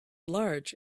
large